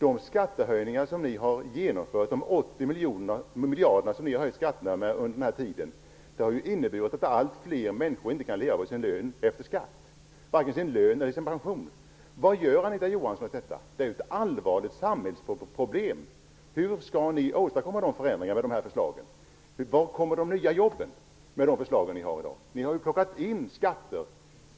De skattehöjningar på 80 miljarder som ni har genomfört under denna tid har ju inneburit att alltfler människor inte kan leva på sin lön eller sin pension efter skatt. Vad gör Anita Johansson åt detta? Det är ju ett allvarligt samhällsproblem. Hur skall ni åstadkomma dessa förändringar med dessa förslag? Var kommer de nya jobben med era förslag? Ni har ju plockat in skatter.